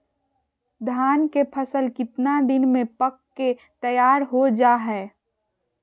धान के फसल कितना दिन में पक के तैयार हो जा हाय?